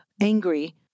angry